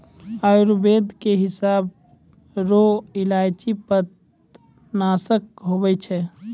आयुर्वेद के हिसाब रो इलायची पित्तनासक हुवै छै